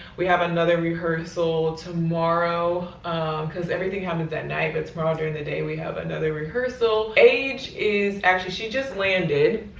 we have another rehearsal tomorrow cause everything happens that night, but tomorrow during the day we have another rehearsal. age is, actually she just landed.